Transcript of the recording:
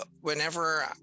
whenever